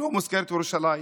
שדווקא בתורה ירושלים